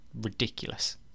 ridiculous